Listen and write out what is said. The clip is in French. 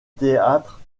théâtre